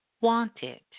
wanted